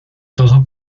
todo